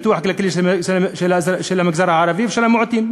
פיתוח כלכלי של המגזר הערבי ושל המיעוטים.